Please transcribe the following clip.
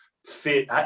fit